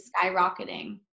skyrocketing